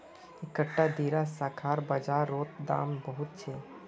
इकट्ठा दीडा शाखार बाजार रोत दाम बहुत छे